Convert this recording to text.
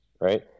right